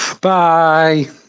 Bye